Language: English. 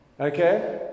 Okay